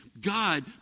God